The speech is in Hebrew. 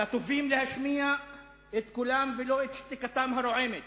על הטובים להשמיע את קולם ולא את שתיקתם הרועמת,